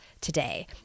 today